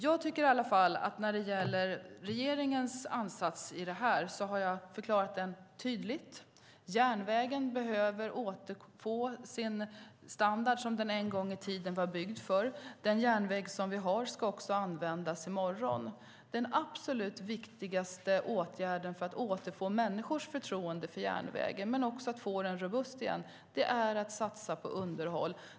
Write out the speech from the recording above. Jag tycker i alla fall att jag, när det gäller regeringens ansats i det här, har förklarat den tydligt. Järnvägen behöver återfå sin standard som den en gång i tiden var byggd för. Den järnväg som vi har ska också användas i morgon. Den absolut viktigaste åtgärden för att återfå människors förtroende för järnvägen men också för att få den robust igen är att satsa på underhåll.